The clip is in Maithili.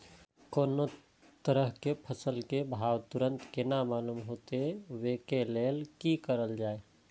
कोनो तरह के फसल के भाव तुरंत केना मालूम होते, वे के लेल की करल जाय?